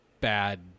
bad